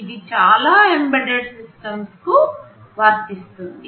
ఇది చాలా embedded systems కు వర్తిస్తుంది